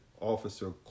Officer